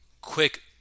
quick